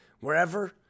wherever